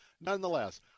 Nonetheless